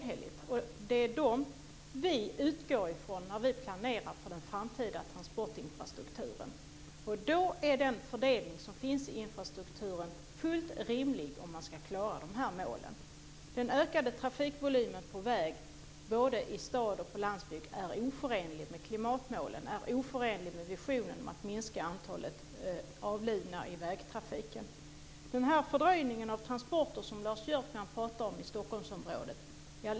Det är detta vi utgår ifrån när vi planerar för den framtida transportinfrastrukturen. Den fördelning som finns i infrastrukturpropositionen fullt rimlig om man ska klara de här målen. Den ökade trafikvolymen på väg, både i stad och på landsbygden, är oförenlig med klimatmålen och med visionen om att minska antalet avlidna i vägtrafiken. Lars Björkman pratar om fördröjningen av transporter i Stockholmsområdet.